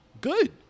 good